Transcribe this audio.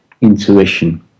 intuition